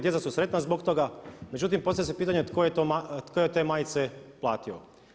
Djeca su sretna zbog toga, međutim postavlja se pitanje tko je te majice platio?